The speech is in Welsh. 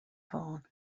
fôn